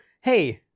hey